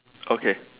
okay